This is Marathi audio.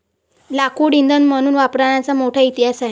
लाकूड इंधन म्हणून वापरण्याचा मोठा इतिहास आहे